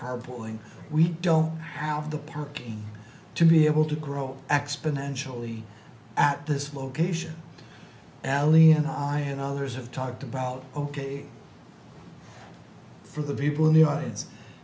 carpooling we don't have the parking to be able to grow exponentially at this location allie and i and others have talked about ok for the people in the audience